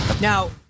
Now